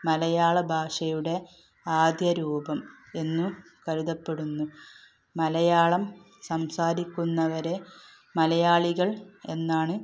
മലയാളഭാഷയുടെ ആദ്യ രൂപം എന്നു കരുതപ്പെടുന്നു മലയാളം സംസാരിക്കുന്നവരെ മലയാളികൾ എന്നാണ്